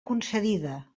concedida